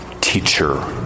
teacher